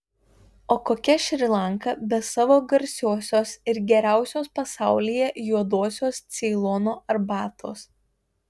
o kokia šri lanka be savo garsiosios ir geriausios pasaulyje juodosios ceilono arbatos